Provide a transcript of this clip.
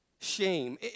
shame